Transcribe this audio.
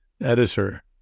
editor